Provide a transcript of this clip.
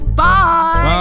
bye